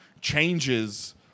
changes